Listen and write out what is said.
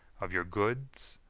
of your goods,